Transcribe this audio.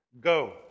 Go